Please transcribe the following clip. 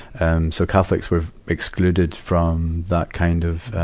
and so catholics were excluded from that kind of,